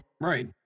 Right